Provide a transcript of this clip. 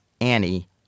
Annie